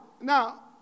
now